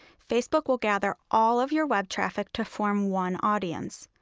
facebook will gather all of your web traffic to form one audience.